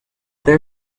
there